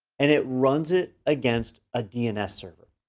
and it runs it against a dns server.